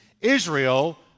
Israel